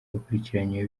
bakurikiranyweho